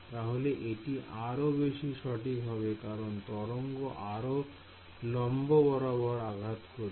তাহলে এটি আরো বেশি সঠিক হবে কারণ তরঙ্গ আরো লম্ব বরাবর আঘাত করবে